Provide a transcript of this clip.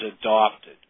adopted